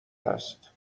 هست